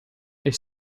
est